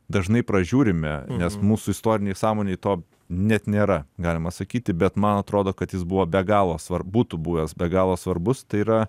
dažnai pražiūrime nes mūsų istorinėj sąmonėj to net nėra galima sakyti bet man atrodo kad jis buvo be galo svarb būtų buvęs be galo svarbus tai yra